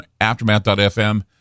Aftermath.fm